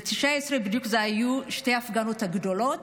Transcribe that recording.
ב-2019 בדיוק היו שתי ההפגנות הגדולות.